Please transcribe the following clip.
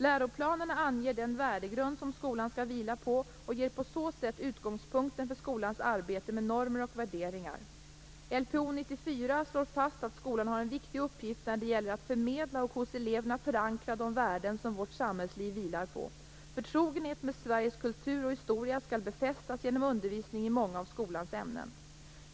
Läroplanerna anger den värdegrund som skolan skall vila på och ger på så sätt utgångspunkten för skolans arbete med normer och värderingar. Lpo 94 slår fast att skolan har en viktig uppgift när det gäller att förmedla och hos eleverna förankra de värden som vårt samhällsliv vilar på. Förtrogenhet med Sveriges kultur och historia skall befästas genom undervisning i många av skolans ämnen.